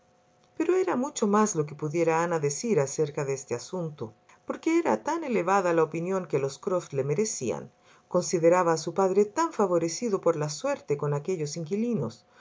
pero era mucho más lo que pudiera ana decir acerca de este asunto porque era tan elevada la opinión que los croft le merecían consideraba a su padre tan favorecido por la suerte con aquellos inquilinos